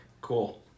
Cool